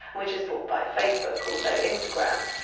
which was bought by facebook, also instagram.